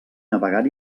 navegar